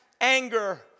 anger